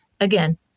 again